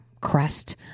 crest